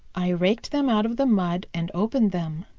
i raked them out of the mud and opened them.